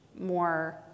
more